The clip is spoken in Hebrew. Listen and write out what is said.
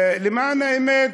למען האמת,